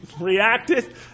reacted